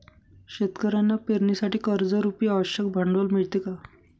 शेतकऱ्यांना पेरणीसाठी कर्जरुपी आवश्यक भांडवल मिळते का?